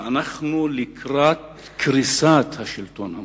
שאנחנו לקראת קריסת השלטון המקומי.